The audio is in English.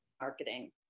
Marketing